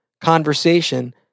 conversation